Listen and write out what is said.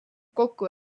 kokku